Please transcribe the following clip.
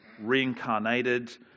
reincarnated